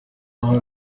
aho